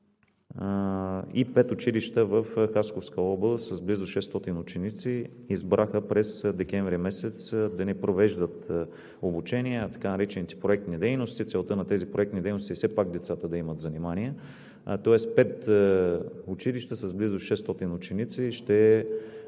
и пет училища в Хасковска област с близо 600 ученици избраха през декември месец да не провеждат обучение, а така наречените проектни дейности. Целта на тези проектни дейности е все пак да имат занимания. Тоест пет училища с близо 600 ученици